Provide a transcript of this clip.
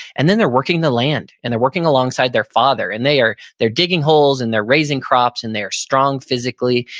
and then they're working the land and they're working alongside their father and they are digging holes and they're raising crops and they are strong physically,